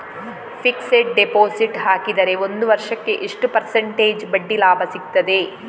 Fixed deposit ಹಾಕಿದರೆ ಒಂದು ವರ್ಷಕ್ಕೆ ಎಷ್ಟು ಪರ್ಸೆಂಟೇಜ್ ಬಡ್ಡಿ ಲಾಭ ಸಿಕ್ತದೆ?